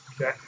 Okay